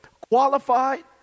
qualified